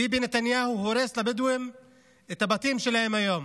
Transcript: ביבי נתניהו הורס לבדואים את הבתים שלהם היום.